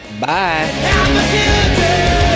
Bye